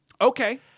Okay